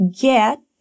get